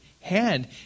hand